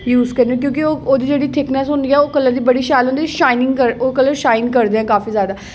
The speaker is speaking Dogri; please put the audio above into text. यूज करनी क्योंकि ओह् ओह्दी जेह्ड़ी थिकनैस्स होंदी ऐ ओह् कलर दी बड़ी शैल होंदी शाइनिंग करदी ओह् कलर शाइन करदे न काफी जैदा